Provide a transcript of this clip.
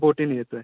बोटीने येतो आहे